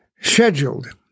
scheduled